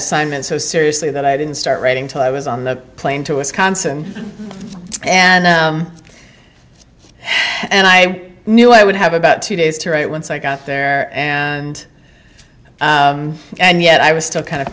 assignment so seriously that i didn't start writing till i was on the plane to wisconsin and and i knew i would have about two days to write once i got there and and yet i was still kind of